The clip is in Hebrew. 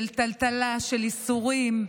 של טלטלה, של איסורים,